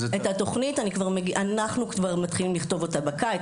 אנחנו מתחילים לכתוב אותה כבר בקיץ,